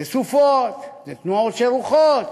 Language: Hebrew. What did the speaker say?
זה סופות, זה תנועות של רוחות.